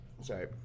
Sorry